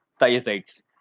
thiazides